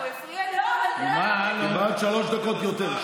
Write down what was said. הוא הפריע לי, קיבלת שלוש דקות יותר.